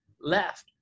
left